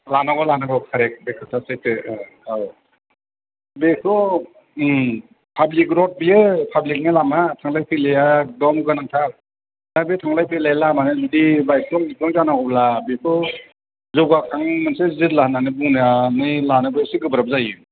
लानांगौ लानांगौ कारेक्ट बे खोथाया सैथो औ बेथ' पाब्लिक रड बियो पाब्लिकनि लामा थांलाय फैलाया एखदम गोनांथार दा बे थांलाय फैलाय लामाया जुदि बाइफ्लं जिफ्लं जानांगौब्ला बेथ' जौगाखां मोनसे जिल्ला होननानै बुंनानै लानोबो एसे गोब्राब जायो